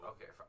Okay